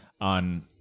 on